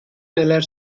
neler